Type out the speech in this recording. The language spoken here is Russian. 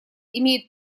имеет